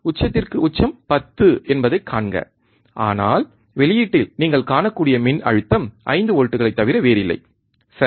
உச்சத்திற்கு உச்சம் 10 என்பதைக் காண்க ஆனால் வெளியீட்டில் நீங்கள் காணக்கூடிய மின்னழுத்தம் 5 வோல்ட்டுகளைத் தவிர வேறில்லை சரி